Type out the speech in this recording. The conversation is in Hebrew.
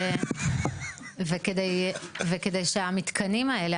כדי שהמתקנים האלה,